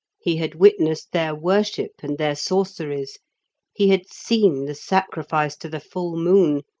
he had witnessed their worship and their sorceries he had seen the sacrifice to the full moon,